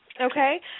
Okay